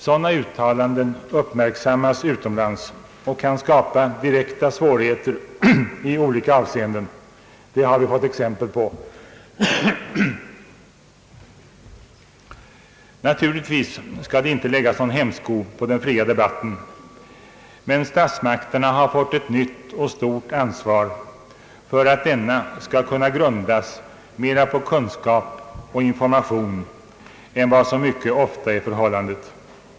Sådana uttalanden uppmärksammas utomlands och kan skapa direkta svårigheter i olika avseenden. Det har vi fått exempel på. Naturligtvis skall det inte läggas någon hämsko på den fria debatten, men statsmakterna har fått ett nytt och stort ansvar för att denna skall kunna grundas mera på kunskap och information än vad som nu mycket ofta är förhållandet.